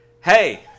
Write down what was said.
hey